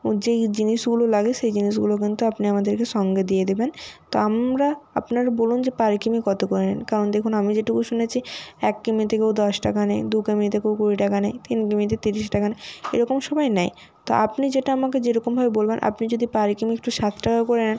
যেই জিনিসগুলো লাগে সেই জিনিসগুলো কিন্তু আপনি আমাদেরকে সঙ্গে দিয়ে দেবেন তো আমরা আপনারা বলুন যে পার কিমি কত করে নেন কারণ দেখুন আমি যেটুকু শুনেছি এক কিমিতে কেউ দশ টাকা নেয় দু কিমিতে কেউ কুড়ি টাকা নেয় তিন কিমিতে তিরিশ টাকা নেয় এরকম সবাই নেয় তা আপনি যেটা আমাকে যেরকমভাবে বলবেন আপনি যদি পার কিমি একটু সাত টাকা করে নেন